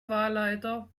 wahlleiter